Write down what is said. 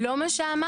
לא מה שאמרתי.